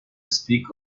speak